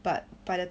but by the